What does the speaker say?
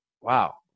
wow